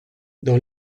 dans